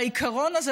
והעיקרון הזה,